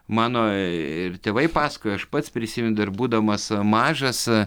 mano ee ir tėvai paskojo aš pats prisimenu dar būdamas mažas